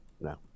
No